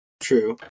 True